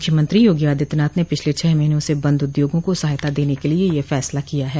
मुख्यमंत्री योगी आदित्यनाथ ने पिछले छह महीनों से बंद उद्योगों को सहायता देने के लिए यह फैसला किया है